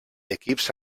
equips